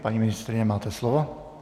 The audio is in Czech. Paní ministryně, máte slovo.